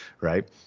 right